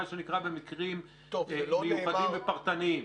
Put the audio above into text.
מה שנקרא במקרים מיוחדים ופרטניים.